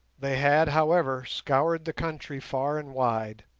they had, however, scoured the country far and wide,